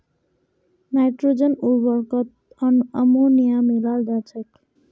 nitrogen उर्वरकत ammonia मिलाल जा छेक